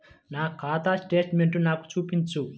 నా ఖాతా స్టేట్మెంట్ను నాకు చూపించు